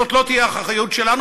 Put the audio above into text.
זאת לא תהיה האחריות שלנו,